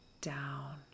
down